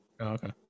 Okay